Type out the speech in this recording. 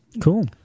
Cool